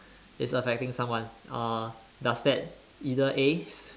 is affecting someone uh does that either A